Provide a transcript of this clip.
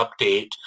update